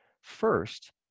First